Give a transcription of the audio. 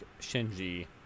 Shinji